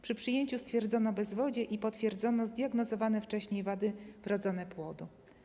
Przy przyjęciu stwierdzono bezwodzie i potwierdzono zdiagnozowane wcześniej wady wrodzone płodu.